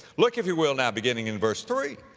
look if you will now beginning in verse three,